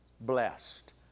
blessed